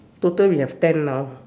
total we have ten now